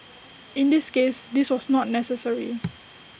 in this case this was not necessary